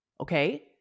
Okay